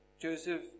Joseph